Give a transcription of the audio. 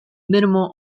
minimal